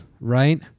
right